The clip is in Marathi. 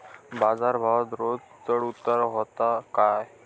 बाजार भावात रोज चढउतार व्हता काय?